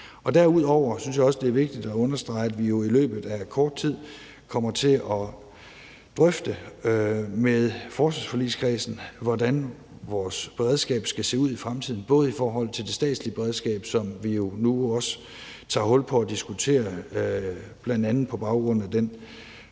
Derudover synes jeg også, det er vigtigt at understrege, at vi jo i løbet af kort tid kommer til at drøfte med forsvarsforligskredsen, hvordan vores beredskab skal se ud i fremtiden, både i forhold til det statslige beredskab, som vi nu også tager hul på at diskutere, bl.a. på baggrund af den